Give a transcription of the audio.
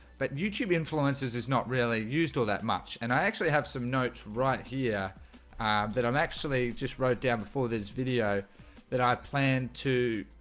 but youtube influences is not really used all that much and i actually have some notes right here that i'm actually just wrote down before this video that i plan to